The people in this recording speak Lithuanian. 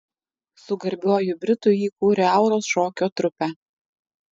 su garbiuoju britu jį kūrė auros šokio trupę